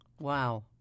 Wow